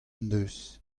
neus